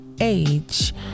age